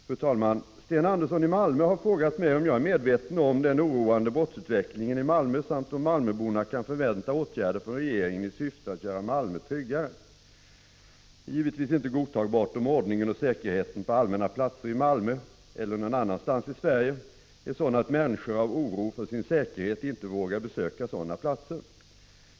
Fru talman! Sten Andersson i Malmö har frågat mig om jag är medveten om den oroande brottsutvecklingen i Malmö samt om malmöborna kan förvänta åtgärder från regeringen i syfte att göra Malmö tryggare. Det är givetvis inte godtagbart om ordningen och säkerheten på allmänna platser i Malmö, eller någon annanstans i Sverige, är sådan att människor av oro för sin säkerhet inte vågar besöka sådana platser.